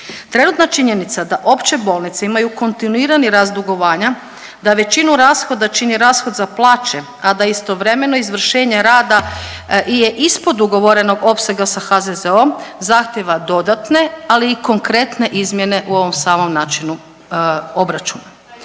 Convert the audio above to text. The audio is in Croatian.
Trenutna činjenica da opće bolnice imaju kontinuirani rast dugovanja, da većinu rashoda čini rashod za plaće, a da istovremeno izvršenje rada je ispod ugovorenog opsega sa HZZO-om zahtjeva dodatne ali i konkretne izmjene u ovom samom načinu obračuna.